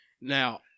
now